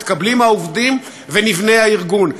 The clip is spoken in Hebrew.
מתקבלים העובדים ונבנה הארגון.